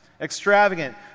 extravagant